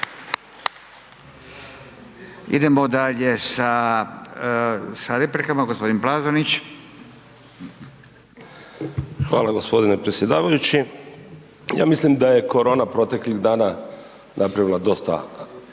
Idemo dalje sa replikama. Gospodin Plazonić. **Plazonić, Ante (HDZ)** Hvala gospodine predsjedavajući. Ja mislim da je korona proteklih dana napravila dosta